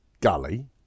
gully